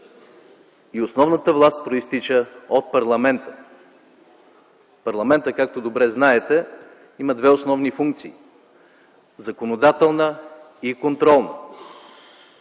И основната част произтича от парламента. Парламентът, както добре знаете, има две основни функции – законодателна и контролна.